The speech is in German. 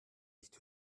nicht